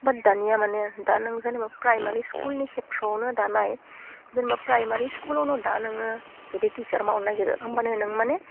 बाट दानिया माने दा नों जेनबा प्राइमारि स्कुलनि खेथ्रआवनो दा नाय जेनबा प्राइमारि स्कुलावनो दा नोङो जुदि टिसार मावनो नागिरो होमबानो नों माने